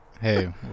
Hey